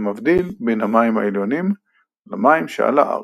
המבדיל בין המים העליונים למים שעל הארץ.